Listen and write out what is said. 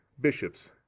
bishops